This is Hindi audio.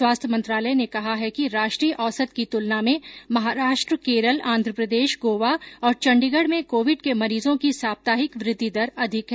स्वास्थ्य मंत्रालय ने कहा है कि राष्ट्रीय औसत की तुलना में महाराष्ट्र केरल आंध्र प्रदेश गोवा और चंडीगढ में कोविड के मरीजों की साप्ताहिक वृद्धि दर अधिक है